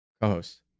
Co-host